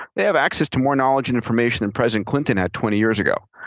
they have access to more knowledge and information than president clinton had twenty years ago,